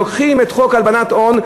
ולוקחים את חוק הלבנת הון,